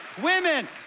Women